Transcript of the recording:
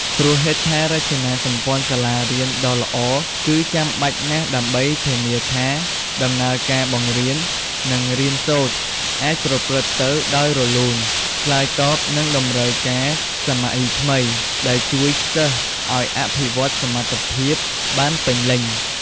ព្រោះហេដ្ឋារចនាសម្ព័ន្ធសាលារៀនដ៏ល្អ គឺចាំបាច់ណាស់ដើម្បីធានាថាដំណើរការបង្រៀន និងរៀនសូត្រអាចប្រព្រឹត្តទៅដោយរលូន ឆ្លើយតបនឹងតម្រូវការសម័យថ្មី និងជួយសិស្សឲ្យអភិវឌ្ឍសមត្ថភាពបានពេញលេញ។